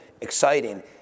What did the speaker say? exciting